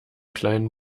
kleinen